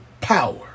power